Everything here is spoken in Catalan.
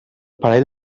parell